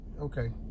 Okay